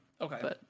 Okay